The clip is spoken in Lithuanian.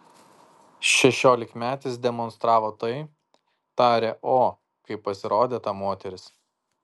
šešiolikmetis demonstravo tai tarė o kai pasirodė ta moteris